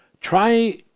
try